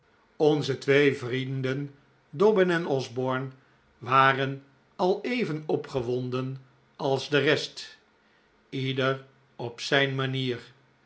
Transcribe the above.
onze twee vrienden dobbin en osborne waren al even opgewonden als de rest ieder op zijn manier